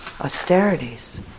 austerities